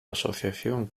asociación